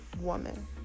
woman